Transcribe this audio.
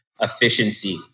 efficiency